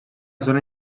zona